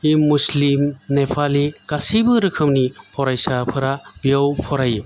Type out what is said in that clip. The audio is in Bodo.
मुस्लिम नेपालि गासैबो रोखोमनि फरायसाफोरा बेयाव फरायो